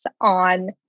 on